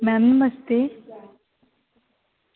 ma'am नमस्ते